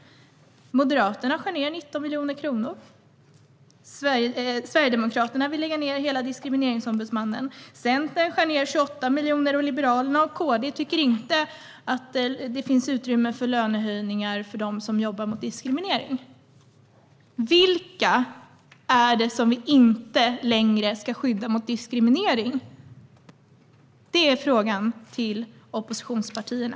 Moderaterna skär ned med 19 miljoner kronor. Sverigedemokraterna vill lägga ned Diskrimineringsombudsmannen. Centern skär ned med 28 miljoner, och Liberalerna och KD tycker inte att det finns utrymme för lönehöjningar för dem som jobbar mot diskriminering. Vilka är det som vi inte längre ska skydda mot diskriminering? Det är frågan till oppositionspartierna.